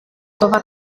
dovrà